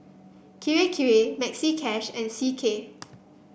Kirei Kirei Maxi Cash and C K